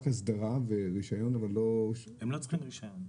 אסדרה ורישיון --- הם לא צריכים רישיון.